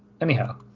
Anyhow